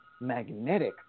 magnetic